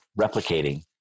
replicating